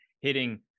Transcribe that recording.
hitting